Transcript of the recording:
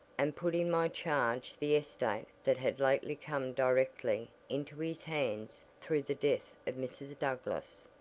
and put in my charge the estate that had lately come directly into his hands through the death of mrs. douglass.